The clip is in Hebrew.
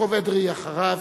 יעקב אדרי אחריו,